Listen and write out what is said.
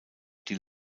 die